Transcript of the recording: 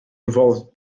involved